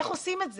איך עושים את זה?